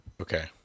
Okay